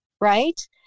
right